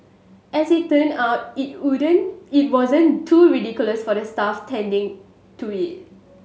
as it turn out it wouldn't it wasn't too ridiculous for the staff attending to it